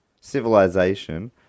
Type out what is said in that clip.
civilization